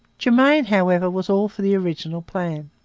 germain however, was all for the original plan.